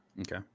Okay